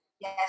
yes